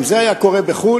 אם זה היה קורה בחו"ל.